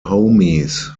homies